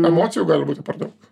emocijų gali būti per daug